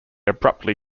abruptly